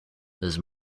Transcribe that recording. his